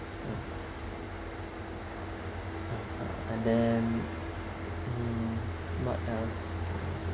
and then mm what else